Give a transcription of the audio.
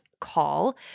call